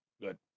Good